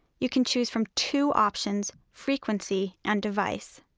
you can choose from two options frequency and device.